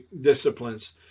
disciplines